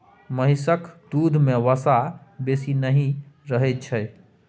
महिषक दूध में वसा बेसी नहि रहइ छै